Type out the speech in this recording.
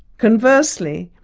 conversely,